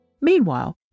Meanwhile